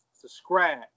subscribe